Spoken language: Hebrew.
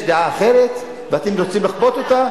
יש דעה אחרת ואתם רוצים לכפות אותה,